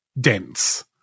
dense